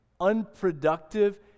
unproductive